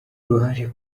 uruhare